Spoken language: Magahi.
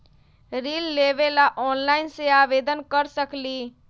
ऋण लेवे ला ऑनलाइन से आवेदन कर सकली?